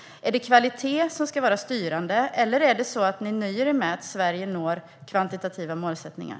Är det kvalitet som ska vara styrande, eller nöjer ni er med att Sverige når kvantitativa målsättningar?